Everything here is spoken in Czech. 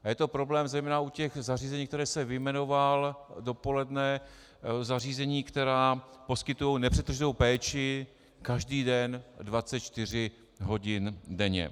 Je to problém zejména u zařízení, která jsem vyjmenoval dopoledne, zařízení, která poskytují nepřetržitou péči každý den 24 hodin denně.